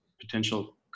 potential